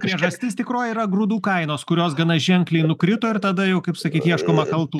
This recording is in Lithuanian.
priežastis tikroji yra grūdų kainos kurios gana ženkliai nukrito ir tada jau kaip sakyt ieškoma kaltų